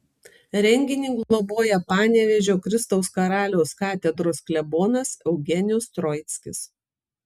renginį globoja panevėžio kristaus karaliaus katedros klebonas eugenijus troickis